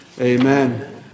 Amen